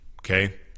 Okay